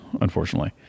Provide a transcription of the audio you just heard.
unfortunately